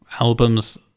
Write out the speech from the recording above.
albums